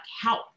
help